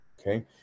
Okay